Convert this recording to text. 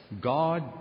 God